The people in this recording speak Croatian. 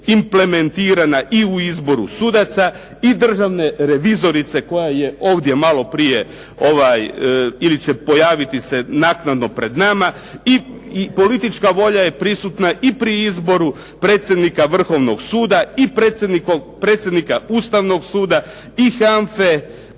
implementirana i u izboru sudaca i državne revizorice koja je ovdje malo prije ili će pojaviti se naknadno pred nama i politička volja je prisutna i pri izboru predsjednika Vrhovnog suda i predsjednika Ustavnog suda, i HANFA-e,